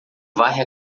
varre